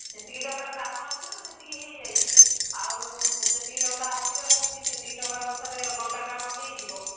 ଯେତିକି ଟଙ୍କାର କାମ ଆସିଥିଲା ସେତିକି ହୋଇଯାଇଛି ଆଉ ଯେତିକି ଟଙ୍କା ଆସିବାର ଅଛି ସେତିକି ଟଙ୍କା ଅନୁସାରେ ବଳକା କାମ ହୋଇଯିବ